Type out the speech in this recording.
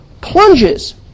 plunges